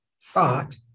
thought